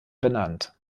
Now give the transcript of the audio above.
benannt